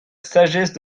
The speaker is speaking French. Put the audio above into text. sagesse